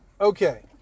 okay